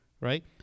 right